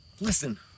Listen